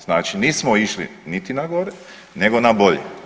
Znači nismo išli niti na gore nego na bolje.